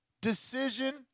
decision